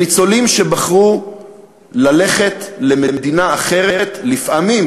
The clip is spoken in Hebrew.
שניצולים שבחרו ללכת למדינה אחרת לפעמים